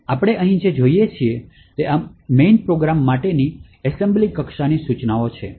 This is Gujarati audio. આપણે અહીં જે જોઈએ છીએ તે આ મુખ્ય પ્રોગ્રામ માટેની એસેમ્બલી કક્ષાની સૂચનાઓ છે